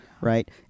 right